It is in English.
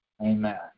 Amen